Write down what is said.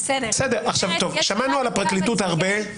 שמענו על הפרקליטות הרבה.